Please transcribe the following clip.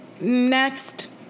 Next